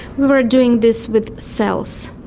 we are doing this with cells.